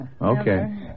Okay